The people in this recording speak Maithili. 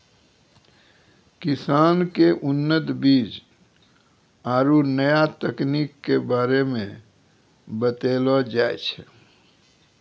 किसान क उन्नत बीज आरु नया तकनीक कॅ बारे मे बतैलो जाय छै